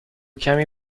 کمی